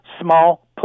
small